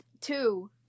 two